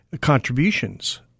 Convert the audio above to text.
contributions